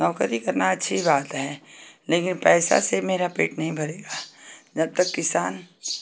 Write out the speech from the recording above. नौकरी करना अच्छी बात है लेकिन पैसा से मेरा पेट नहीं भरेगा जब तक किसान